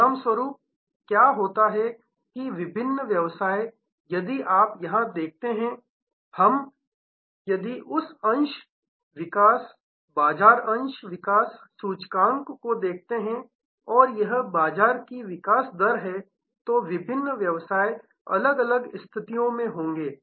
परिणामस्वरूप क्या होता है कि विभिन्न व्यवसाय यदि आप यहां देखते हैं यदि हम उस अंश विकास बाजार अंश विकास सूचकांक को देखते हैं और यह बाजार की विकास दर है तो विभिन्न व्यवसाय अलग अलग स्थितियों मैं होंगे